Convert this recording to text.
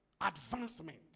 advancement